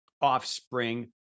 offspring